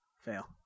Fail